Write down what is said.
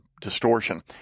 distortion